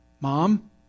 Mom